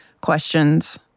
questions